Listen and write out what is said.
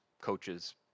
coaches